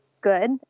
good